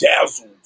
dazzled